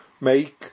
make